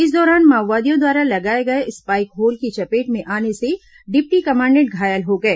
इस दौरान माओवादियों द्वारा लगाए गए स्पाइक होल की चपेट में आने से डिप्टी कमांडेंट घायल हो गए